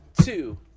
two